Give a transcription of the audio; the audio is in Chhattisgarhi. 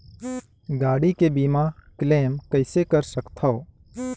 गाड़ी के बीमा क्लेम कइसे कर सकथव?